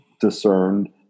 discerned